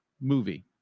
movie